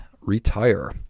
retire